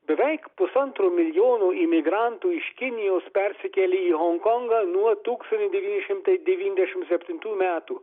beveik pusantro milijono imigrantų iš kinijos persikėlė į honkongą nuo tūkstantis devyni šimtai devyndešim septintų metų